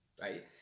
right